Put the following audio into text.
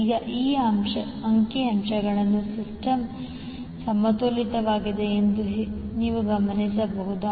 ಈಗ ಈ ಅಂಕಿ ಅಂಶದಿಂದ ಸಿಸ್ಟಮ್ ಸಮತೋಲಿತವಾಗಿದೆ ಎಂದು ನೀವು ಗಮನಿಸಬಹುದು